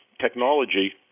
technology